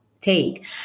take